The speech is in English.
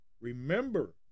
remember